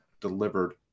delivered